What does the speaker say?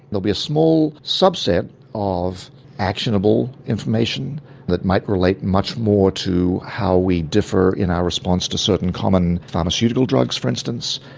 there'll be a small subset of actionable information that might relate much more to how we differ in our response to certain common pharmaceutical drugs, for instance,